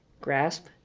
grasp